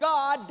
God